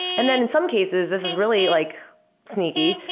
and then in some cases, this is really like sneaky,